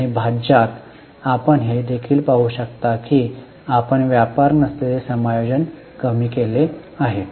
आणि भाज्यात आपण हे देखील पाहू शकता की आपण व्यापार नसलेले समायोजन कमी केले आहे